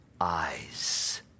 eyes